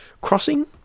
Crossing